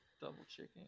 double-checking